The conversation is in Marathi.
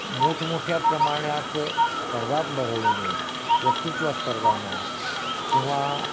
मोठमोठ्या प्रमाणात स्पर्धा भरविणे वक्तृत्व स्पर्धा म्हणा किंवा